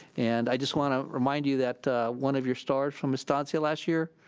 and i just wanna remind you that one of your stars from estancia last year,